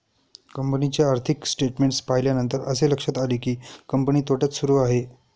कंपनीचे आर्थिक स्टेटमेंट्स पाहिल्यानंतर असे लक्षात आले की, कंपनी तोट्यात सुरू आहे